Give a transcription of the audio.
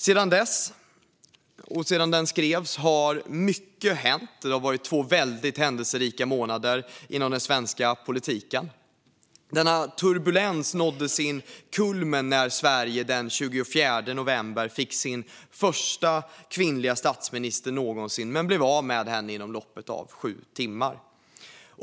Sedan den skrevs har mycket hänt. Det har varit två väldigt händelserika månader inom den svenska politiken. Denna turbulens nådde sin kulmen när Sverige den 24 november fick sin första kvinnliga statsminister någonsin men blev av med henne inom loppet av sju timmar.